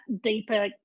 deeper